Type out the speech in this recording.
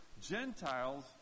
Gentiles